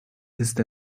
ist